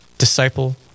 disciple